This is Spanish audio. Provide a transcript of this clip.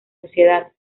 sociedad